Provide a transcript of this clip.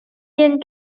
диэн